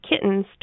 kittens